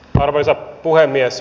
arvoisa puhemies